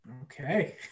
okay